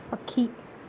पखी